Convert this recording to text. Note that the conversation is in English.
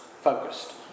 focused